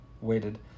waited